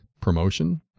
promotion